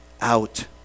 out